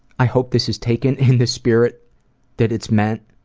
i hope this is taken in the spirit that it's meant,